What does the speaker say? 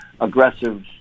aggressive